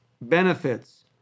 benefits